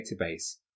Database